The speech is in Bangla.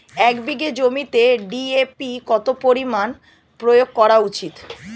এক বিঘে জমিতে ডি.এ.পি কত পরিমাণ প্রয়োগ করা উচিৎ?